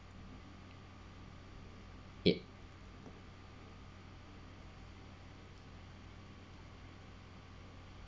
yup